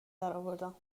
درآوردم